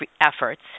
efforts